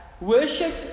Worship